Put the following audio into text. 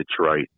Detroit